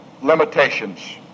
limitations